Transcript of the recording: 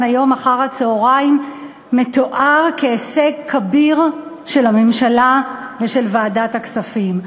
היום אחר-הצהריים הוא הישג כביר של הממשלה ושל ועדת הכספים.